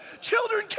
Children